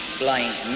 blind